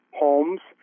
homes